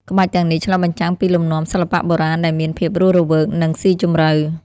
ក្បាច់ទាំងនេះឆ្លុះបញ្ចាំងពីលំនាំសិល្បៈបុរាណ ដែលមានភាពរស់រវើក និងស៊ីជម្រៅ។